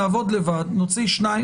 נעבוד לבד ונוציא שניים